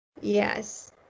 yes